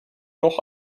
noch